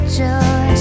joy